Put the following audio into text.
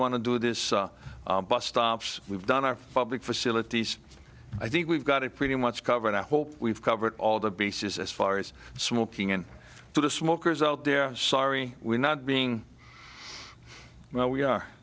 want to do this bus stops we've done our public facilities i think we've got it pretty much covered i hope we've covered all the bases as far as smoking and to the smokers out there sorry we're not being well we are